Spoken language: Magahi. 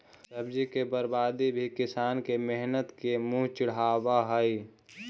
सब्जी के बर्बादी भी किसान के मेहनत के मुँह चिढ़ावऽ हइ